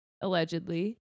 allegedly